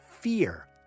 fear